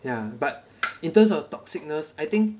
ya but in terms of toxic-ness I think